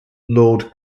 lord